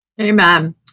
Amen